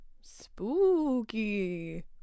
Spooky